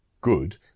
good